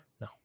No